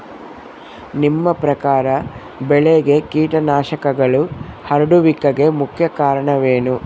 ನಿಮ್ಮ ಪ್ರಕಾರ ಬೆಳೆಗೆ ಕೇಟನಾಶಕಗಳು ಹರಡುವಿಕೆಗೆ ಮುಖ್ಯ ಕಾರಣ ಏನು?